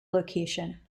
location